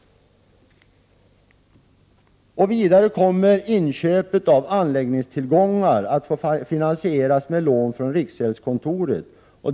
Vidare kommer inköp av anläggningstillgångar att finansieras med lån från riksgäldskontoret.